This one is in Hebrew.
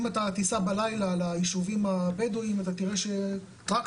אם אתה תיסע בלילה ליישובים הבדואיים אתה תראה שטרקטורים,